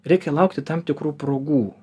reikia laukti tam tikrų progų